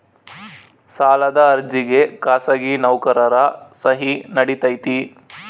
ಸಾಲದ ಅರ್ಜಿಗೆ ಖಾಸಗಿ ನೌಕರರ ಸಹಿ ನಡಿತೈತಿ?